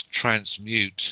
transmute